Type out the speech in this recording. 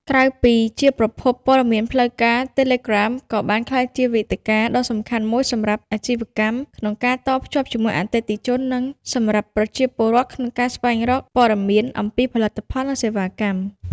ក្រៅពីជាប្រភពព័ត៌មានផ្លូវការ Telegram ក៏បានក្លាយជាវេទិកាដ៏សំខាន់មួយសម្រាប់ អាជីវកម្ម ក្នុងការតភ្ជាប់ជាមួយអតិថិជន និងសម្រាប់ប្រជាពលរដ្ឋក្នុងការស្វែងរក ព័ត៌មានអំពីផលិតផល និងសេវាកម្ម។